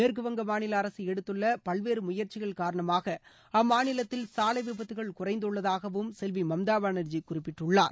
மேற்குவங்க மாநில அரசு எடுத்துள்ள பல்வேறு முயற்சிகள் காரணமாக அம்மாநிலத்தில் சாலை விபத்துகள் குறைந்துள்ளதாகவும் செல்வி மம்தா பானர்ஜி குறிப்பிட்டுள்ளார்